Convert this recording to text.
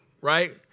Right